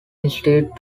instead